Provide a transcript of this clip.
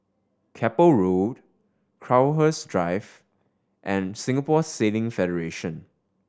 Keppel Road Crowhurst Drive and Singapore Sailing Federation